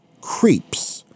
creeps